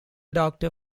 doctor